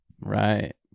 Right